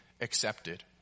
accepted